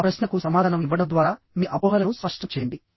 ఆ ప్రశ్నలకు సమాధానం ఇవ్వడం ద్వారా మీ అపోహలను స్పష్టం చేయండి